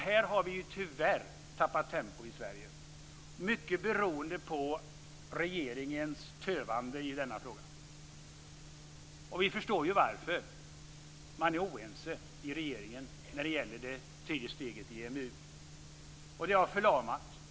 Här har vi tyvärr tappat tempo i Sverige, mycket beroende på regeringens tövande i denna fråga. Vi förstår varför. Man är oense i regeringen när det gäller det tredje steget i EMU. Det har förlamat.